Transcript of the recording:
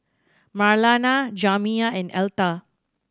Marlana Jamiya and Elta